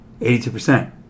82%